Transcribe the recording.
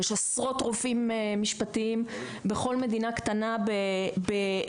יש עשרות רופאים משפטיים בכל מדינה קטנה באירופה,